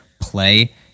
play